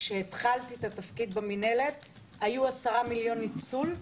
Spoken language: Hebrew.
כשהתחלתי את התפקיד במנהלת היו 10 מיליון ניצול,